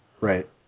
Right